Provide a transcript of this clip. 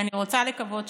ואני רוצה לקוות שכן,